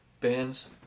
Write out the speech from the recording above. bands